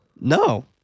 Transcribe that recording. No